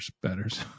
betters